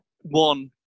one